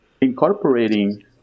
incorporating